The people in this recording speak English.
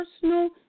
personal